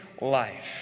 life